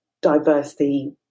diversity